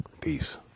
Peace